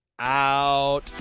out